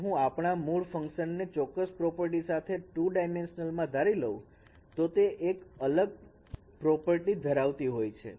જો હું આપણા મૂળ ફંક્શન ને ચોક્કસ પ્રોપર્ટી સાથે ટુ ડાયમેન્શન માં ધારી લવ તો તે એક અલગતા ધરાવતી પ્રોપર્ટી છે